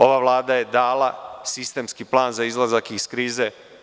Ova Vlada je dala sistemski plan za izlazak iz krize.